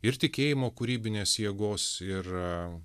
ir tikėjimo kūrybinės jėgos ir